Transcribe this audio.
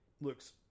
looks